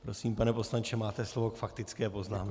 Prosím, pane poslanče, máte slovo k faktické poznámce.